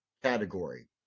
category